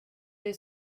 dig